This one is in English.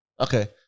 okay